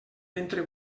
ventre